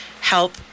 help